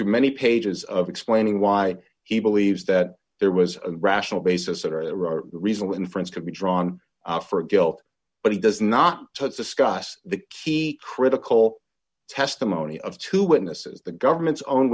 to many pages of explaining why he believes that there was a rational basis or a reasonable inference could be drawn for guilt but he does not touch discuss the key critical testimony of two witnesses the government's own